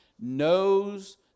knows